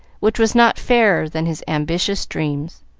which was not fairer than his ambitious dreams.